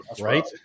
right